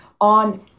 on